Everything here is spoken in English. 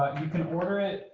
you can order it.